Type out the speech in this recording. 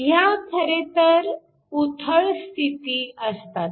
ह्या खरेतर उथळ स्थिती असतात